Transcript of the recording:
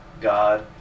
God